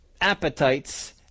appetites